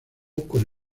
con